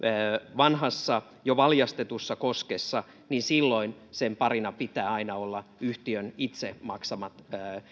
vanhassa jo valjastetussa koskessa niin silloin sen parina pitää aina olla yhtiön itse maksamat